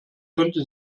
könnte